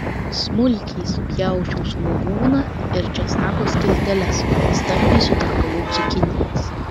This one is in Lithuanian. smulkiai supjausčiau svogūną ir česnako skilteles stambiai sutarkavau cukinijas